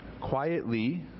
quietly